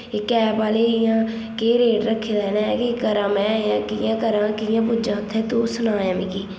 कि कैब आह्ले इ'यां केह् रेट रक्खे दा इ'नें कि करां में कि'यां करां कि'यां पुज्जां उत्थै तूं सनायां मिगी